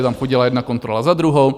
Tam chodila jedna kontrola za druhou.